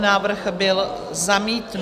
Návrh byl zamítnut.